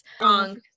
Wrong